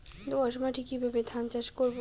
দোয়াস মাটি কিভাবে ধান চাষ করব?